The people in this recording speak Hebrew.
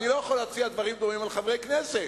אני לא יכול להציע דברים דומים לגבי חברי הכנסת.